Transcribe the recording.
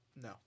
No